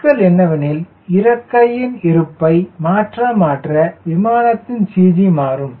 சிக்கல் என்னவெனில் இறக்கையின் இருப்பை மாற்ற மாற்ற விமானத்தின் CG மாறும்